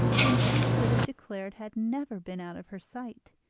whom she could have declared had never been out of her sight,